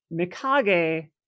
Mikage